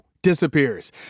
disappears